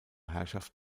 herrschaft